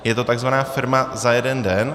Je to takzvaná firma za jeden den.